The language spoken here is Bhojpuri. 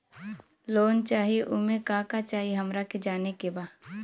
लोन चाही उमे का का चाही हमरा के जाने के बा?